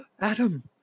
Adam